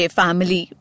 family